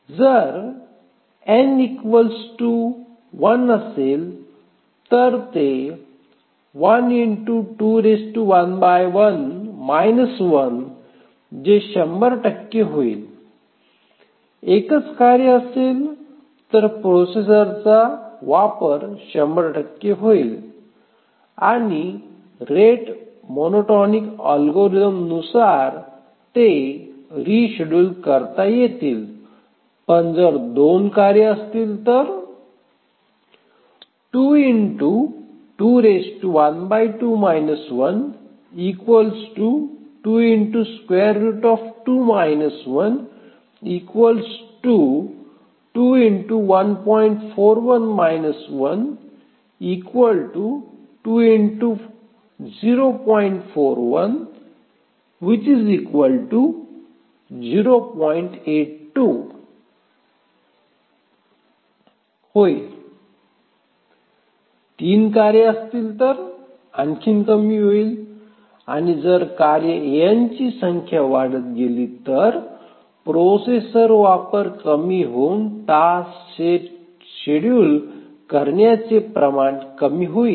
जर n ०१ असेल तर ते जे १०० टक्के होईल एकच कार्य असेल तर वापर प्रोसेसरचा १०० टक्के होईल आणि रेट मोनोटोनिक अल्गोरिथम नुसार ते रेशेड्युल करता येतील पण जर दोन कार्य असतील तर ते होईल तीन कार्य असतील तर आणखी कमी होईल जर कार्य n ची संख्या वाढत गेली तर प्रोसेसर वापर कमी होऊन टास्क सेट शेड्युल करण्याचे प्रमाण कमी होईल